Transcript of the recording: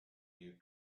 you